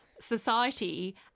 society